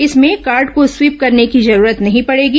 इसमें कार्ड को स्वीप करने की जरूरत नहीं पड़ेगी